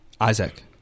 Isaac